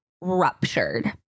ruptured